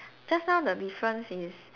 just now the difference is